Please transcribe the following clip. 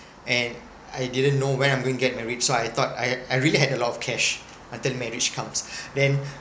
and I didn't know when I'm gonna get married so I thought I I really had a lot of cash until marriage comes then